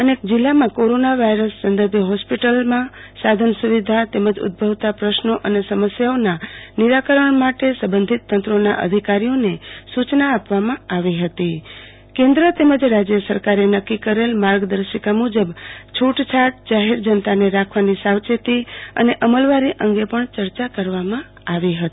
અને જિલ્લામાં corona virus સંદર્ભ હોસ્પિટલ સાધન સુવિધા તેમજ ઉદભવતા પ્રશ્નો અને સમસ્યાઓના નિરાકરણ માટે સંબંધિત તંત્રોના અધિકારીઓને સુ યના આપવામાં આવી હતી અને કેન્દ્ર તેમજ રાજ્ય સરકારે નક્કી કરેલ માર્ગદર્શિકા મુજબ છુટછાટ જાહેર જનતાએ રાખવાની સાવચેતી અને અમલવારી અંગે પણ ચર્ચા કરવામાં આવી હતી